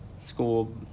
School